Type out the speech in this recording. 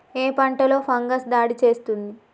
ఏ పంటలో ఫంగస్ దాడి చేస్తుంది?